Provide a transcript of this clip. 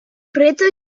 pretože